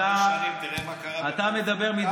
כבר ארבע-חמש שנים, תראה מה קרה, כמה רעל.